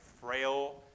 frail